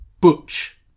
Butch